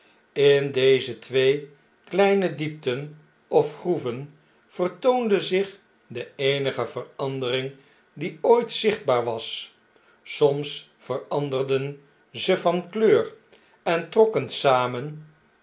in deze twee kleine diepten of groeven vertoonde zich de eenige verandering die ooit zichtbaar was soms veranderden ze van kleur en trokken samen